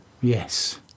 Yes